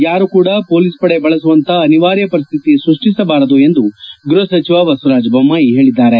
ಯಾರೂ ಕೂಡ ಪೊಲೀಸ್ ಪಡೆ ಬಳಸುವಂತಹ ಅನಿವಾರ್ಯ ಪರಿಸ್ತಿತಿ ಸೃಷ್ಷಿಸಬಾರದೆಂದು ಗೃಹ ಸಚಿವ ಬಸವರಾಜ ಜೊಮ್ಲಾಯಿ ಹೇಳದ್ದಾರೆ